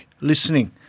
listening